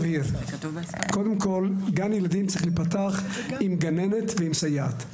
קודם כל גן ילדים צריך להיפתח עם גננת ועם סייעת.